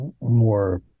more